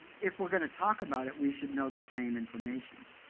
if we're going to talk about it, we should know the same information.